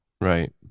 Right